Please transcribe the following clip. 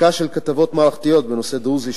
הפקה של כתבות מערכתיות בנושא הדרוזי,